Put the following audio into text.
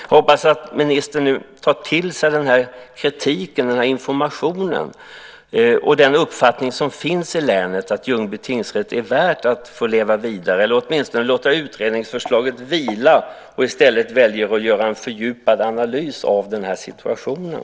Jag hoppas att ministern tar till sig den här kritiken, den här informationen och den uppfattning som finns i länet att Ljungby tingsrätt är värd att få leva vidare eller åtminstone låter utredningsförslaget vila och i stället väljer att göra en fördjupad analys av situationen.